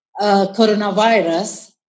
coronavirus